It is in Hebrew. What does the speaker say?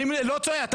אני לא צועק.